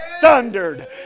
thundered